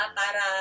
para